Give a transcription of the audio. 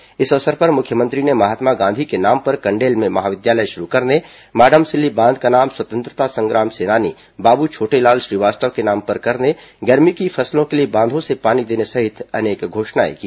के इस अवसर पर मुख्यमंत्री ने महात्मा गांधी के नाम पर कंडेल में महाविद्यालय शुरू करने माडमसिल्ली बांध का नाम स्वतंत्रता संग्राम सेनानी बाबू छोटेलाल श्रीवास्तव के नाम करने गर्मी की फसलों के लिए बांधों से पानी देने सहित अनेक घोषणाएं की